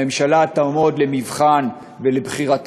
הממשלה תעמוד למבחן ולביקורת